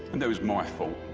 and it was my fault.